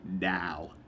now